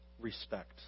respect